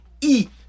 Eat